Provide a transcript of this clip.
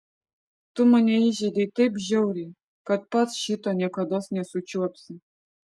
tu mane įžeidei taip žiauriai kad pats šito niekados nesučiuopsi